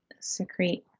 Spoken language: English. secrete